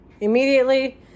Immediately